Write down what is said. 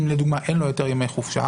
אם לדוגמה אין לו יותר ימי חופשה,